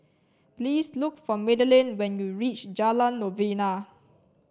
please look for Madaline when you reach Jalan Novena